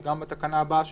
וגם בתקנה הבאה שנקרא,